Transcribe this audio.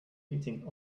beating